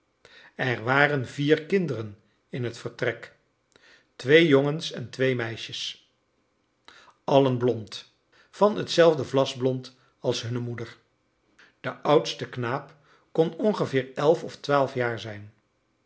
er waren vier kinderen in het vertrek twee jongens en twee meisjes allen blond van hetzelfde vlasblond als hunne moeder de oudste knaap kon ongeveer elf of twaalf jaar zijn